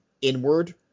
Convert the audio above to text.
inward